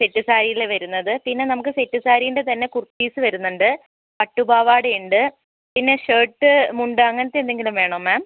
set സാരീല് വരുന്നത് പിന്നെ നമുക്ക് സെറ്റ് സാരീൻ്റെ തന്നെ കുർത്തീസ് വരുന്നുണ്ട് പട്ടു പാവാട ഉണ്ട് പിന്നെ ഷേർട്ട് മുണ്ട് അങ്ങനത്തെ എന്തെങ്കിലും വേണോ മാം